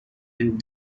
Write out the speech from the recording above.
and